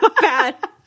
Bad